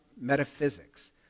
Metaphysics